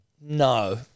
no